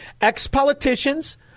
ex-politicians